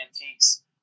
antiques